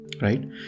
right